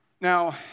Now